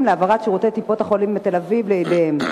להעברת שירותי טיפות-החלב בתל-אביב לידיהן.